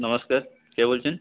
নমস্কার কে বলছেন